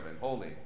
holy